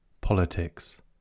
politics